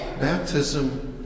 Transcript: baptism